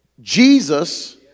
Jesus